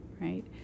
right